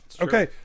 okay